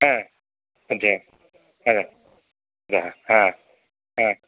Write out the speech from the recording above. ह मध्ये ह ह